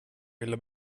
ville